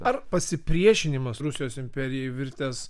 ar pasipriešinimas rusijos imperijai virtęs